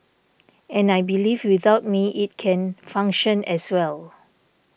and I believe without me it can function as well